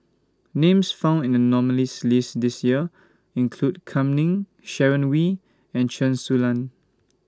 Names found in The nominees' list This Year include Kam Ning Sharon Wee and Chen Su Lan